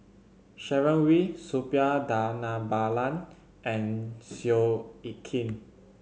Sharon Wee Suppiah Dhanabalan and Seow Yit Kin